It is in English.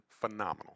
phenomenal